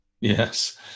Yes